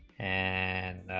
and